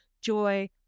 joy